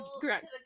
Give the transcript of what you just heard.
correct